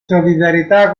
solidarietà